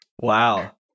Wow